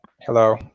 Hello